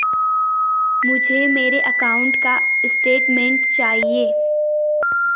मुझे मेरे अकाउंट का स्टेटमेंट चाहिए?